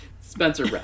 Spencer